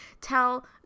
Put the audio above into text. tell